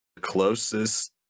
closest